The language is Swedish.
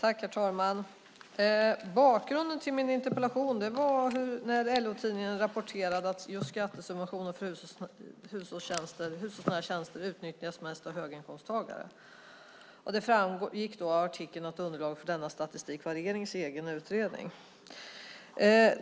Herr talman! Bakgrunden till min interpellation var LO-tidningens artikel om att skattesubventioner för hushållsnära tjänster mest utnyttjas av höginkomsttagare. Det framgick av artikeln att underlaget för den statistiken utgjordes av regeringens egen utredning.